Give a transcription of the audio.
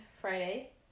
Friday